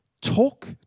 Talk